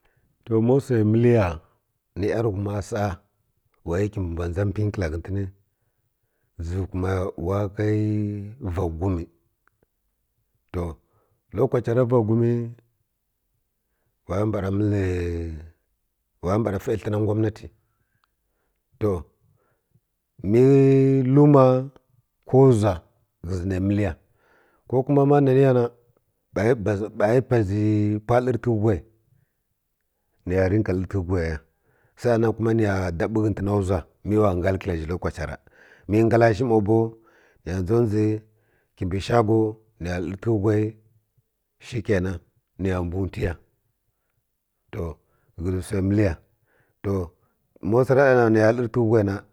To mow wsa məl ya no yanghuma sa wa kibi mbw dʒu pənyi kla ghətən dʒəvwi kuma wa kai va gumi to lokace ra va gumi ira mbra məl wa mbra fə həna ngwaminati to mə luma ko nzwa ghə zi nə məl ya ko kuma ma naniya na ba buʒi pazi pwə lərtə kə whai ni ya rəka lərətəkə whai ya sa’a nan kuma ni ya dabi ghətəna nzwa mə wa ngal kla zhi lokace ra mə ngla mow bow nə ya dʒo dʒi kibi shago nə lərətə təkə whai shi kena həya mbuw ntwi ya to ghə zi wsa məl ya